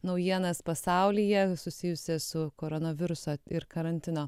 naujienas pasaulyje susijusias su koronaviruso ir karantino